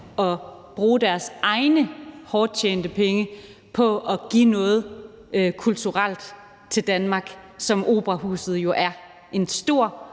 at bruge sine egne hårdt tjente penge på at give noget kulturelt til Danmark, som Operaen jo er. Det er